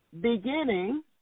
Beginning